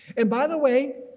and by the way,